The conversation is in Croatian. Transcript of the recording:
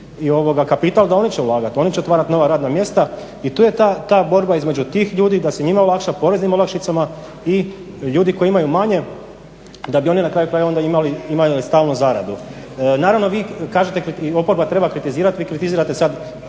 i kapital da će oni ulagati, oni će otvarati nova radna mjesta. I to je ta borba između tih ljudi da se njima olakša poreznim olakšicama i ljudi koji imaju manje da bi oni na kraju krajeva onda imali stalnu zaradu. Naravno vi kažete i oporba treba kritizirate, vi kritizirate sada